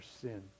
sin